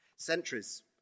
Centuries